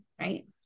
Right